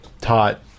taught